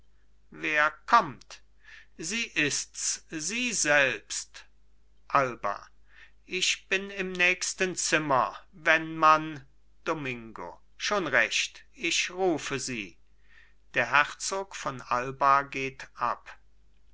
wer kommt sie ists sie selbst alba ich bin im nächsten zimmer wenn man domingo schon recht ich rufe sie der herzog von alba geht ab